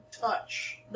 Touch